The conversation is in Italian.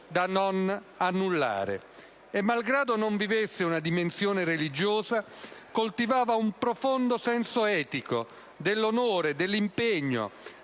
da non annullare. E malgrado non vivesse una dimensione religiosa, coltivava un profondo senso etico, dell'onore, dell'impegno,